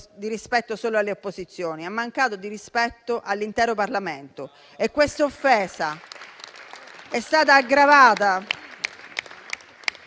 di rispetto solo alle opposizioni; ha mancato di rispetto all'intero Parlamento. Questa offesa è stata aggravata